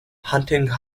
hunting